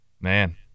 man